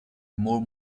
more